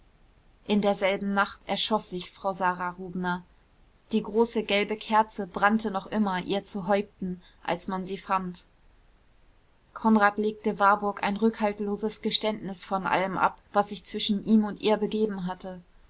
in derselben nacht erschoß sich frau sara rubner die große gelbe kerze brannte noch immer ihr zu häupten als man sie fand konrad legte warburg ein rückhaltloses geständnis von allem ab was sich zwischen ihm und ihr begeben hatte